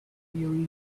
you